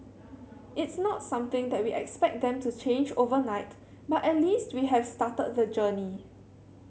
it's not something that we expect them to change overnight but at least we have started the journey